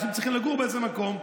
אנשים צריכים לגור באיזה מקום.